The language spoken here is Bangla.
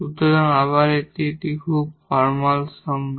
সুতরাং আবার এটি একটি খুব ফরমাল সংজ্ঞা